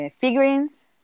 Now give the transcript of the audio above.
figurines